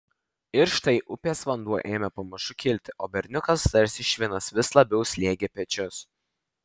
ir štai upės vanduo ėmė pamažu kilti o berniukas tarsi švinas vis labiau slėgė pečius